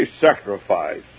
sacrifice